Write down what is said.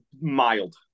mild